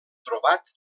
trobat